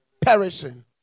perishing